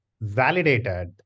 validated